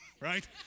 right